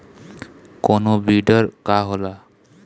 कोनो बिडर का होला?